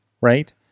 right